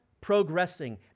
progressing